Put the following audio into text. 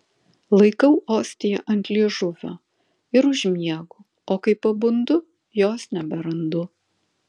laikau ostiją ant liežuvio ir užmiegu o kai pabundu jos neberandu